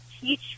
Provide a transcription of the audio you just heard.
teach